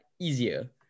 easier